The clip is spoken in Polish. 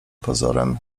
pozorem